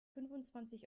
fünfundzwanzig